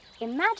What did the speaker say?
imagine